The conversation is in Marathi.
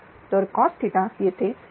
तर cos येथे 0